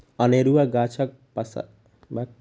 अनेरूआ गाछक पसारसँ जजातिपर असरि पड़ैत छै